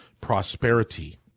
prosperity